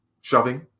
shoving